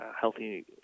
healthy